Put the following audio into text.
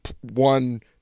one